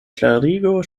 klarigo